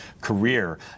career